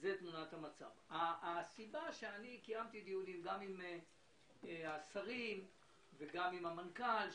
הסיבה שקיימתי דיונים עם השרים ועם המנכ"ל,